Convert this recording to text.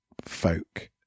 folk